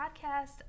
podcast